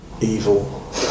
evil